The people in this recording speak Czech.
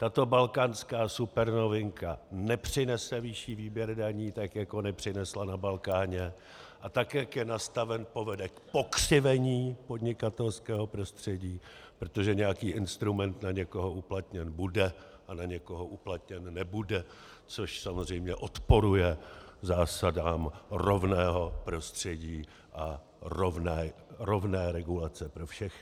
Tato balkánská supernovinka nepřinese vyšší výběry daní, jako nepřinesla na Balkáně, a tak jak je nastavena, povede k pokřivení podnikatelského prostředí, protože nějaký instrument na někoho uplatněn bude a na někoho uplatněn nebude, což samozřejmě odporuje zásadám rovného prostředí a rovné regulace pro všechny.